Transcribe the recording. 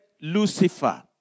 Lucifer